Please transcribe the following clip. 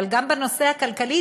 אבל גם בנושא הכלכלי,